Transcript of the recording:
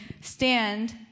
stand